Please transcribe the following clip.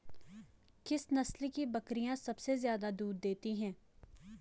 किस नस्ल की बकरीयां सबसे ज्यादा दूध देती हैं?